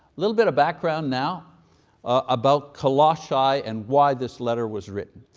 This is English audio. little bit of background now about colossae and why this letter was written.